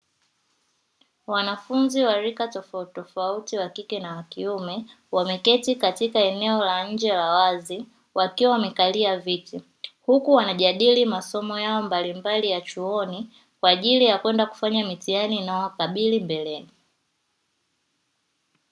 Wanafunzi wa rika tofauti tofauti wa kike na wa kiume wameketi katika eneo la nje la wazi wakiwa wamekalia viti huku wanajadiliana masomo yao mbalimbali ya chuoni kwa ajili ya kwenda kufanya mitihani inayowakabili mbeleni.